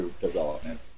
development